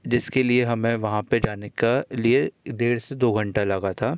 जिसके लिए हमें वहाँ पे जाने का लिए डेढ़ से दो घंटा लगा था